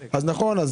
נכון,